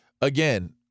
again –